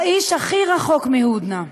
האיש הכי רחוק מהודנה: